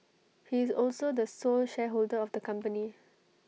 he is also the sole shareholder of the company